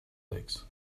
lakes